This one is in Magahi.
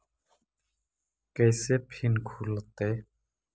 कैसे फिन खुल तय?